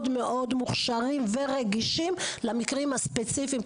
מאוד מוכשרים ורגישים למקרים הספציפיים,